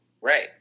right